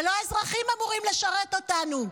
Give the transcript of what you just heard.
ולא האזרחים אמורים לשרת אותנו.